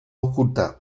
oculta